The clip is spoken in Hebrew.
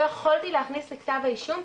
לא יכולתי להכניס לכתב האישום,